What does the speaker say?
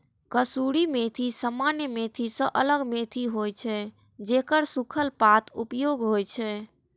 कसूरी मेथी सामान्य मेथी सं अलग मेथी होइ छै, जेकर सूखल पातक उपयोग होइ छै